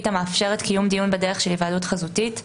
המאפשרת קיום דיון בדרך של היוועדות חזותית,